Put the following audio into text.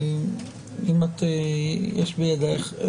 אם יש בידייך,